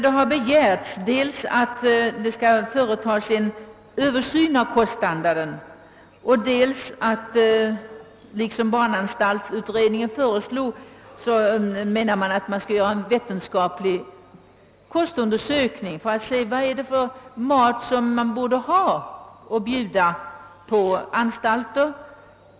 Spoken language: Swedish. Det har begärts dels att en översyn av koststandarden skall företas dels att — såsom barnanstaltsutredningen har föreslagit — en vetenskaplig kostundersökning skall göras för att man skall komma till klarhet om vilken mat som bör bjudas på barnanstalterna.